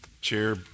chair